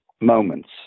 moments